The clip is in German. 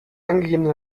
angegebene